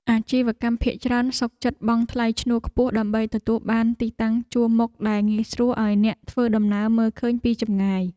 អាជីវករភាគច្រើនសុខចិត្តបង់ថ្លៃឈ្នួលខ្ពស់ដើម្បីទទួលបានទីតាំងជួរមុខដែលងាយស្រួលឱ្យអ្នកធ្វើដំណើរមើលឃើញពីចម្ងាយ។